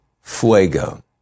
Fuego